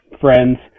friends